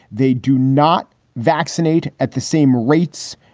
they do not vaccinate at the same rates.